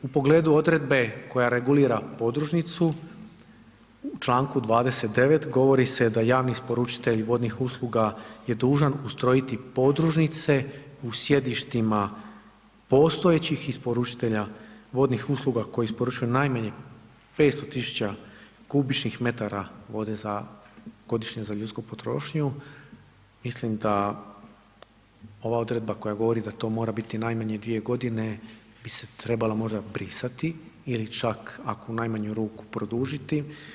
U pogledu odredbe koja regulira podružnicu u Članku 29. govori se da javni isporučitelj vodnih usluga je dužan ustrojiti podružnice u sjedištima postojećih isporučitelja vodnih usluga koje isporučuju najmanje 500.000 m3 vode godišnje za ljudsku potrošnju, mislim da ova odredba koja govori da to mora biti najmanje 2 godine bi se trebala možda brisati ili čak ako u najmanju ruku produžiti.